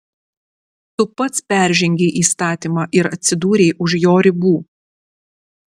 tu pats peržengei įstatymą ir atsidūrei už jo ribų